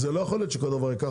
לפי התכנון המקורי שקיבלנו,